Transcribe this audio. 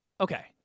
Okay